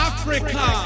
Africa